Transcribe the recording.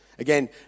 Again